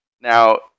now